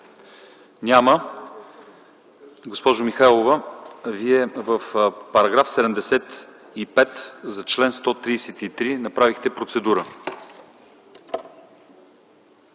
Няма. Госпожо Михайлова, Вие в § 75, за чл. 133, направихте процедура.